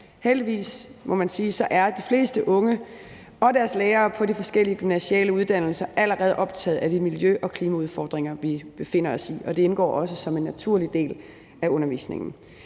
sige, er de fleste unge og deres lærere på de forskellige gymnasiale uddannelser allerede optaget af de miljø- og klimaudfordringer, vi befinder os i, og det indgår også som en naturlig del af undervisningen.